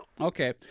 Okay